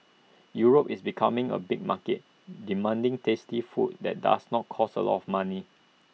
Europe is becoming A big market demanding tasty food that does not cost A lot of money